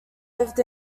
lived